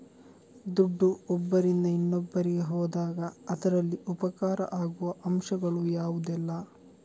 ದುಡ್ಡು ಒಬ್ಬರಿಂದ ಇನ್ನೊಬ್ಬರಿಗೆ ಹೋದಾಗ ಅದರಲ್ಲಿ ಉಪಕಾರ ಆಗುವ ಅಂಶಗಳು ಯಾವುದೆಲ್ಲ?